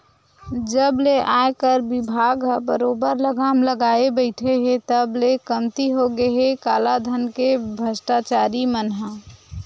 जब ले आयकर बिभाग ह बरोबर लगाम लगाए बइठे हे तब ले कमती होगे हे कालाधन के भस्टाचारी मन ह